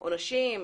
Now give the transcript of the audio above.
עונשים?